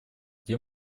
где